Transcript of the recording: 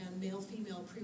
male-female